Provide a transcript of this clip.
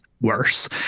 worse